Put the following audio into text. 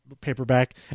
paperback